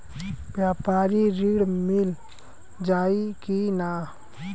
व्यापारी ऋण मिल जाई कि ना?